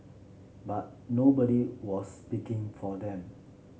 but nobody was speaking for them